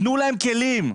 תנו להם כלים.